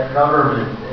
government